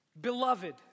Beloved